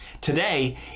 Today